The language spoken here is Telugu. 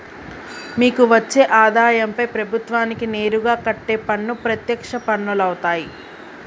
మీకు వచ్చే ఆదాయంపై ప్రభుత్వానికి నేరుగా కట్టే పన్ను ప్రత్యక్ష పన్నులవుతాయ్